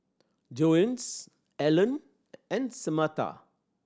Jones Alan and Samatha